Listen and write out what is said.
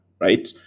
right